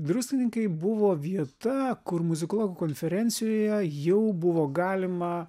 druskininkai buvo vieta kur muzikologų konferencijoje jau buvo galima